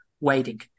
waiting